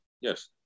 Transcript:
Yes